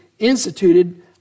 instituted